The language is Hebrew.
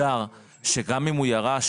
מוגדר שגם אם הוא ירש,